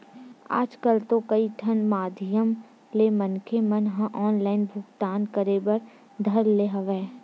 आजकल तो कई ठन माधियम ले मनखे मन ह ऑनलाइन भुगतान करे बर धर ले हवय